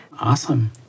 Awesome